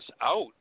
out